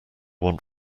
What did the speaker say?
want